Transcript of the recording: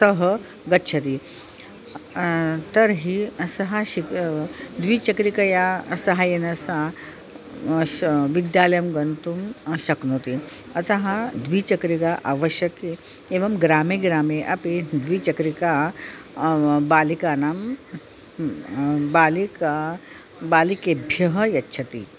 सः गच्छति तर्हि सः शिक् द्विचक्रिकया सहाय्येन सा शा विद्यालयं गन्तुं शक्नोति अतः द्विचक्रिका आवश्यकी एवं ग्रामे ग्रामे अपि द्विचक्रिका बालिकानां बालिका बालिकाभ्यः यच्छति